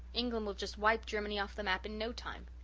england will just wipe germany off the map in no time.